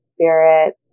spirit